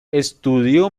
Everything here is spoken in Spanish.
estudió